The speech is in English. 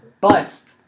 bust